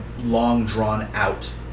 long-drawn-out